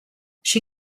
she